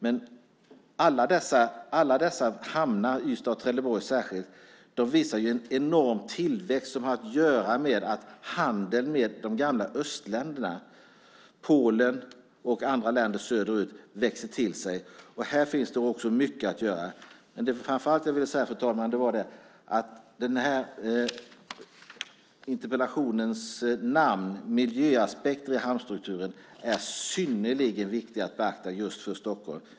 Men alla dessa hamnar, särskilt Ystad och Trelleborg, visar ju upp en enorm tillväxt som har att göra med att handeln med de gamla östländerna, Polen och andra länder söderut, växer till sig. Här finns det också mycket att göra. Det jag framför allt ville säga, fru talman, var att interpellationens namn, Miljöaspekter i hamnstrukturen , är synnerligen viktigt att beakta just för Stockholm.